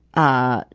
ah,